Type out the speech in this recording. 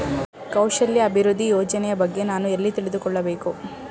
ಕೌಶಲ್ಯ ಅಭಿವೃದ್ಧಿ ಯೋಜನೆಯ ಬಗ್ಗೆ ನಾನು ಎಲ್ಲಿ ತಿಳಿದುಕೊಳ್ಳಬೇಕು?